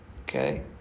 Okay